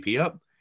up